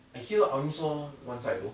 I hear ahri all one side though